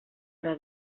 hora